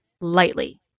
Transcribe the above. lightly